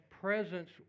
presence